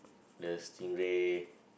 the stingray